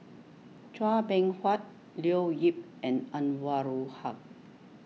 Chua Beng Huat Leo Yip and Anwarul Haque